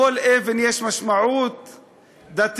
לכל אבן יש משמעות דתית,